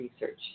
research